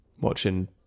watching